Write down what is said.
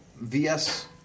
VS